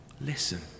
listen